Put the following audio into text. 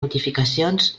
notificacions